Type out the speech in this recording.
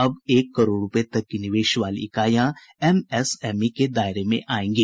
अब एक करोड रूपए तक की निवेश वाली इकाइयां एमएसएमई के दायरे में आएंगी